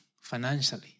financially